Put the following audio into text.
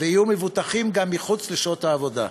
ויהיו מבוטחים גם מחוץ לשעות העבודה.